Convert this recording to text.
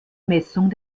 messung